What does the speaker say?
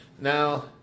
Now